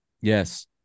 Yes